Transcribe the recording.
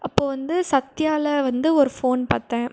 அப்போது வந்து சத்யாவில் வந்து ஒரு ஃபோன் பார்த்தேன்